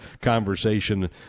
conversation